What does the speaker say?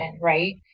right